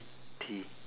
T